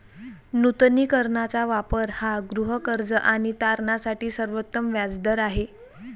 नूतनीकरणाचा वापर हा गृहकर्ज आणि तारणासाठी सर्वोत्तम व्याज दर आहे